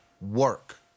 work